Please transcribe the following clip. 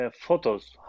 Photos